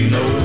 no